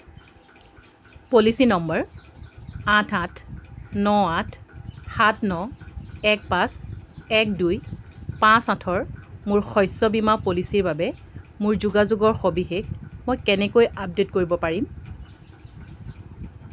policy number আঠ আঠ ন আঠ সাত ন এক পাঁচ এক দুই পাঁচ আঠৰ মোৰ শস্য বীমা পলিচীৰ বাবে মোৰ যোগাযোগৰ সবিশেষ মই কেনেকৈ আপডে'ট কৰিব পাৰিম